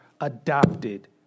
adopted